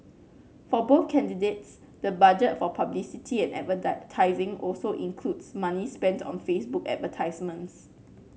for both candidates the budget for publicity and also includes money spent on Facebook advertisements